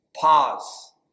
pause